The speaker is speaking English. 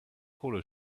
polo